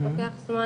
לוקח זמן,